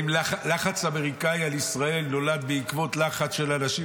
לחץ אמריקאי על ישראל נולד בעקבות לחץ של אנשים